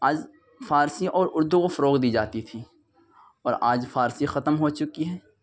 آج فارسی اور اردو کو فروغ دی جاتی تھی اور آج فارسی ختم ہو چکی ہے